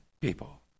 people